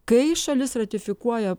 kai šalis ratifikuoja